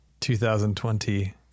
2020